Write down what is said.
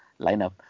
lineup